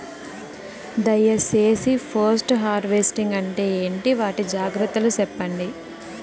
దయ సేసి post harvesting అంటే ఏంటి? వాటి జాగ్రత్తలు సెప్పండి?